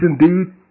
indeed